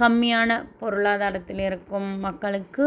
கம்மியான பொருளாதாரத்தில் இருக்கும் மக்களுக்கு